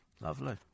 Lovely